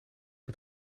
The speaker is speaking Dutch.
met